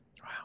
Wow